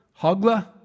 Hogla